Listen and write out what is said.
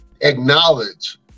Acknowledge